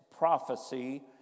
Prophecy